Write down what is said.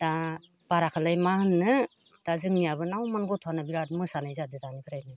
दा बाराखोलाय मा होननो दा जोंनियाबो नावमान गथ'आनो बिराद मोसानाय जादो दानिफ्रायनो